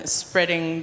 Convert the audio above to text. spreading